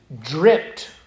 dripped